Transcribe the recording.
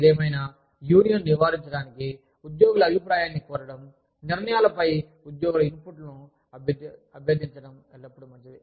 ఏదేమైనా యూనియన్ను నివారించడానికి ఉద్యోగుల అభిప్రాయాన్ని కోరడం నిర్ణయాలపై ఉద్యోగుల ఇన్పుట్లను అభ్యర్థించడం ఎల్లప్పుడూ మంచిది